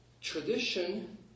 tradition